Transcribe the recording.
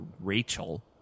Rachel